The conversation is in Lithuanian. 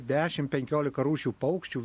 dešimt penkiolika rūšių paukščių